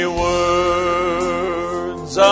words